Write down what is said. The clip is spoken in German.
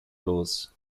los